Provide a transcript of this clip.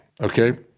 okay